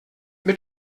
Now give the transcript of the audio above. mit